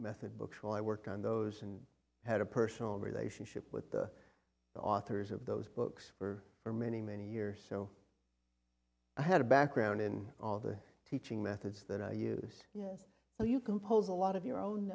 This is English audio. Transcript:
method books will i work on those and had a personal relationship with the authors of those books for for many many years so i had a background in all the teaching methods that i use yes well you compose a lot of your own